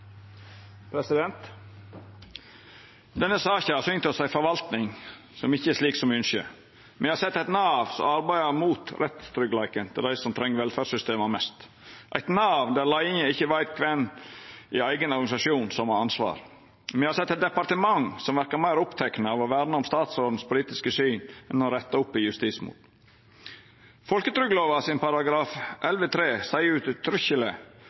slik som me ynskjer. Me har sett eit Nav som arbeider mot rettstryggleiken til dei som treng velferdssystema mest, eit Nav der leiinga ikkje veit kven i eigen organisasjon som har ansvar. Me har sett eit departement som verkar meir oppteke av å verna om statsråden sitt politiske syn enn av å retta opp i justismord. Paragraf 11-3 i folketrygdlova seier